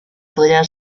podrían